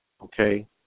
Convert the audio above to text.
Okay